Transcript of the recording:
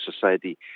society